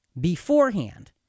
beforehand